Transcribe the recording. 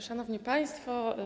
Szanowni Państwo!